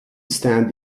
stand